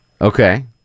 Okay